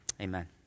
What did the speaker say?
Amen